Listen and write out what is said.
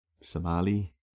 Somali